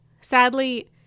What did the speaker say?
sadly